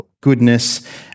goodness